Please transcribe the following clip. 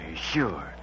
sure